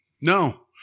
No